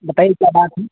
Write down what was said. بتائیے کیا بات ہے